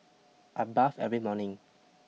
I bath every morning